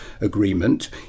agreement